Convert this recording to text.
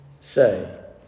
say